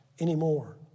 anymore